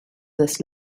this